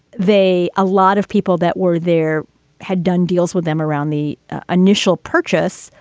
they a lot of people that were there had done deals with them around the initial purchase.